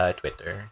twitter